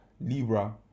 Libra